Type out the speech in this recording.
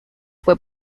fue